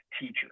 teacher